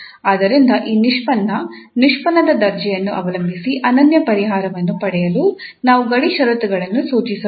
ಆದ್ದರಿಂದ ಈ ನಿಷ್ಪನ್ನ ನಿಷ್ಪನ್ನದ ದರ್ಜೆಯನ್ನು ಅವಲಂಬಿಸಿ ಅನನ್ಯ ಪರಿಹಾರವನ್ನು ಪಡೆಯಲು ನಾವು ಗಡಿ ಷರತ್ತುಗಳನ್ನು ಸೂಚಿಸಬೇಕು